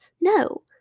No